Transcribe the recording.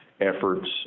efforts